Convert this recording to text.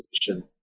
position